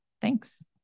Thanks